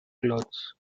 cloths